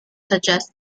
suggest